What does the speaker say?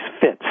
fits